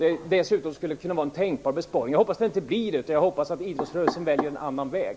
Detta skulle dessutom kunna vara en tänkbar besparing. Men jag hoppas att det inte blir så, utan att idrottsrörelsen väljer en annan väg.